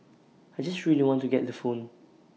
I just really want to get the phone